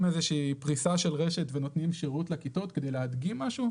פריסה של רשת ונותנים שירות לכיתות כדי להדגים משהו,